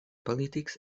politics